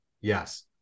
yes